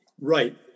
Right